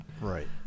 Right